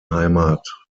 heimat